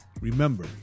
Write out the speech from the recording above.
Remember